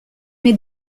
mes